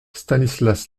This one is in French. stanislas